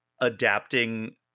adapting